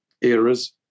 eras